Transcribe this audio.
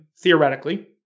theoretically